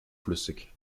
flüssig